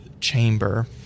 chamber